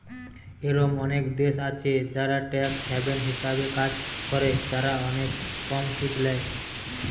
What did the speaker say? এরোম অনেক দেশ আছে যারা ট্যাক্স হ্যাভেন হিসাবে কাজ করে, যারা অনেক কম সুদ ল্যায়